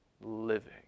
living